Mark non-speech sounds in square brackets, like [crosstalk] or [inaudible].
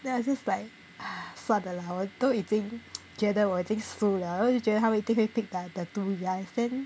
then I was just like [breath] 算了啦我都已经 [noise] 觉得我已经输了我就觉得他们一定会 picked up the two guys then